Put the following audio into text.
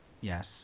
Yes